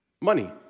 money